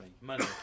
money